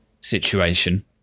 situation